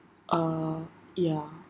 uh ya